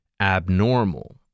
abnormal